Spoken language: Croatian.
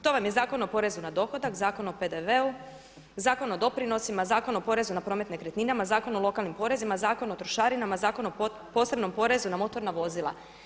To vam je Zakon o porezu na dohodak, Zakon o PDV-u, Zakon o doprinosima, Zakon o porezu na promet nekretninama, Zakon o lokalnim porezima, Zakon o trošarinama, Zakon o posebnom porezu na motorna vozila.